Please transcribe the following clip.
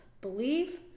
believe